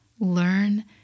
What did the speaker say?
Learn